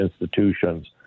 institutions